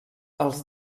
els